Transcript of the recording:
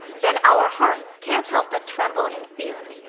then our hearts can't help but tremble in fear.